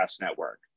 Network